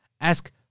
ask